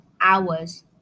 hours